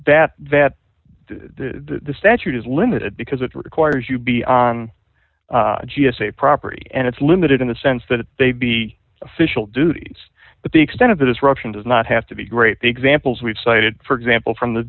that that the statute is limited because it requires you be on g s a property and it's limited in the sense that they be official duties but the extent of the disruption does not have to be great the examples we've cited for example from the